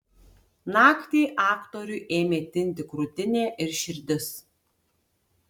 naktį aktoriui ėmė tinti krūtinė ir širdis